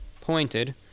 pointed